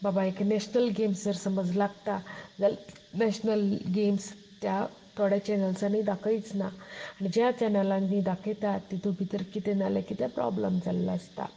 बाबा एक national games जर समज लागता नॅशनल गॅम्स तर थोड्या चॅनल्सांनी दाखयच ना ज्या चॅनलांनी दाखयतात तितूंत भितर कितें ना कितें प्रोबल्म जाल्लो आसता